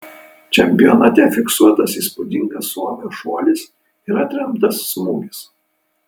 čempionate fiksuotas įspūdingas suomio šuolis ir atremtas smūgis